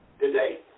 today